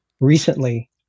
recently